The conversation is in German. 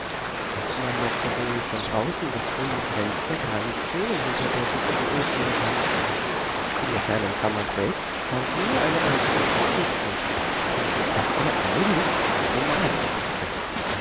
man mochte wohl von draußen das runde fenster gar nicht sehen hinter der dichten efeuwand in der kleinen kammer selbst stand nur eine altmodische kiste in die kasperle eiligst seine nase steckte